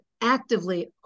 actively